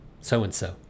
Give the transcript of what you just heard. so-and-so